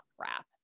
crap